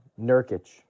Nurkic